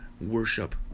worship